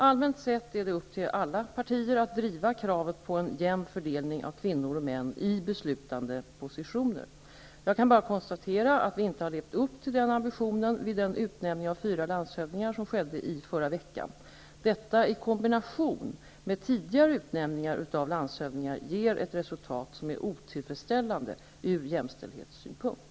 Allmänt sett är det upp till alla partier att driva kravet på en jämn fördelning av kvinnor och män i beslutande positioner. Jag kan bara konstatera att vi inte har levt upp till den ambitionen vid den utnämning av fyra landshövdingar som skedde i förra veckan. Detta i kombination med tidigare utnämningar av landshövdingar ger ett resultat som är otillfredsställande ur jämställdhetssynpunkt.